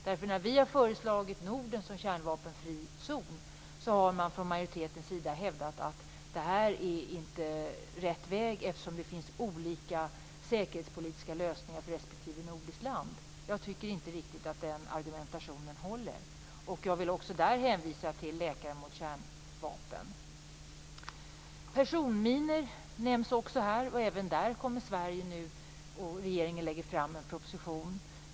När vi har föreslagit Norden som kärnvapenfri zon har majoriteten hävdat att det inte är rätt väg, eftersom det finns olika säkerhetspolitiska lösningar för respektive nordiskt land. Jag tycker inte riktigt att den argumentationen håller. Jag vill även där hänvisa till Läkare mot Personminor nämns också här. Även där lägger regeringen fram en proposition.